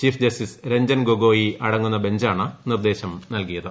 പ്രീഫ്ജസ്റ്റിസ് രഞ്ജൻ ഗൊഗോയി അടങ്ങുന്ന ബഞ്ചാണ് നിർദ്ദേൾ ് നല്കിയത്